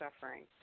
suffering